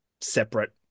separate